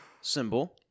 symbol